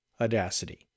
audacity